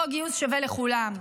חוק גיוס שווה לכולם.